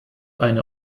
eine